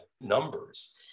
numbers